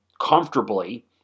Comfortably